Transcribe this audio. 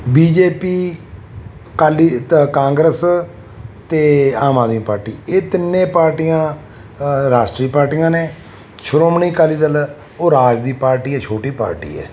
B J P Akali ਤ Congress ਅਤੇ Aam Aadmi Party ਇਹ ਤਿੰਨ ਪਾਰਟੀਆਂ ਰਾਸ਼ਟਰੀ ਪਾਰਟੀਆਂ ਨੇ ਸ਼੍ਰੋਮਣੀ ਅਕਾਲੀ ਦਲ ਉਹ ਰਾਜ ਦੀ ਪਾਰਟੀ ਹੈ ਛੋਟੀ ਪਾਰਟੀ ਹੈ